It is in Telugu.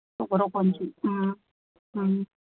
షుగరు కొంచెం